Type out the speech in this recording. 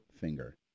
finger